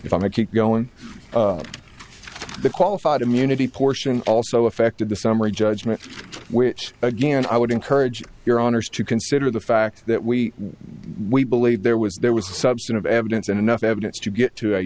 keep going the qualified immunity portion also affected the summary judgment which again i would encourage your honour's to consider the fact that we we believe there was there was substantive evidence and enough evidence to get to a